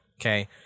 okay